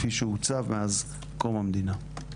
כפי שעוצב מאז קום המדינה.